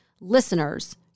listeners